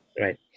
right